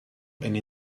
eine